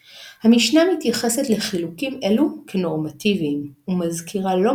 ולעיתים הוא נבע מפסיקה מקומית שונה של המרא דאתרא.